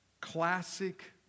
classic